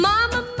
Mama